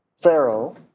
Pharaoh